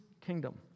kingdom